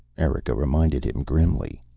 erika reminded him grimly.